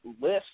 list